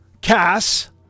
Cass